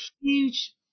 huge